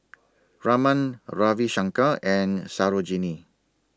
Raman Ravi Shankar and Sarojini